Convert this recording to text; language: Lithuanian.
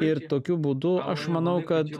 ir tokiu būdu aš manau kad